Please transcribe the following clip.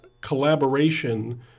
collaboration